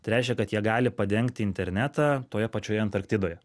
tai reiškia kad jie gali padengti internetą toje pačioje antarktidoje